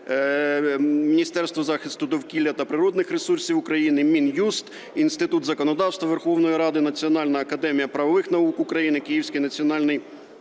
Міністерство захисту довкілля та природних ресурсів України, Мін'юст, Інститут законодавства Верховної Ради, Національна академія правових наук України, Київський національний